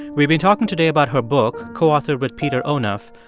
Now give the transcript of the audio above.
we've been talking today about her book, co-authored with peter onuf,